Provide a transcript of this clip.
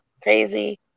crazy